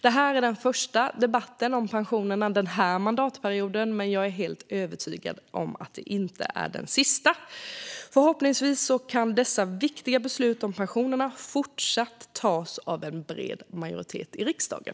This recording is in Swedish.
Det här är den första debatten om pensionerna denna mandatperiod, men jag är helt övertygad om att det inte är den sista. Förhoppningsvis kan dessa viktiga beslut om pensionerna även i fortsättningen fattas av en bred majoritet i riksdagen.